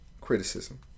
criticism